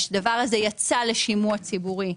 הדבר הזה יצא לשימוע ציבורי.